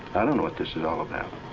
i don't know what this is all about